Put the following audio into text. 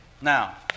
Now